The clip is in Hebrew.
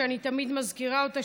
שאני תמיד מזכירה אותה,